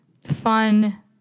fun